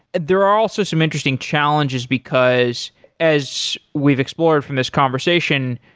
there are also some interesting challenges because as we've explored from this conversation,